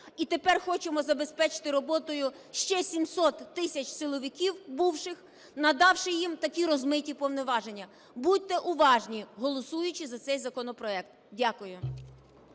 і тепер хочемо забезпечити роботою ще 700 тисяч силовиків бувших, надавши їм такі розмиті повноваження. Будьте уважні, голосуючи за цей законопроект. Дякую.